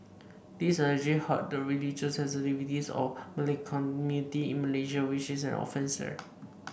this allegedly hurt the religious sensitivities of the Malay community in Malaysia which is an offence there